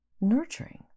nurturing